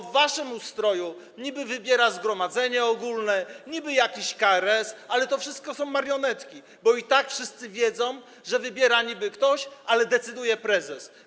W waszym ustroju niby wybiera zgromadzenie ogólne, niby jakiś KRS, ale to wszystko są marionetki, bo i tak wszyscy wiedzą, że niby ktoś wybiera, ale decyduje prezes.